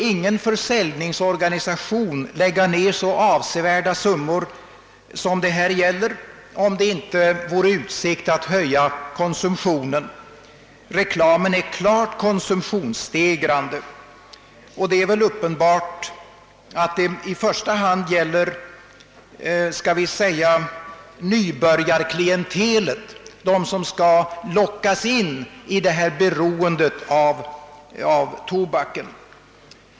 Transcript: Ingen försäljningsorganisation skulle lägga ned så avsevärda summor som det här gäller, om det inte funnes utsikt att därigenom höja konsumtionen. Reklamen är klart konsumtionsstegrande, och det är uppenbart att den i första hand gäller nybörjarklientelet, de som skall lockas in i beroendet av tobaken.